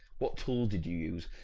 what tools did you use?